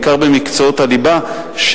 בעיקר במקצועות הליבה,